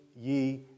ye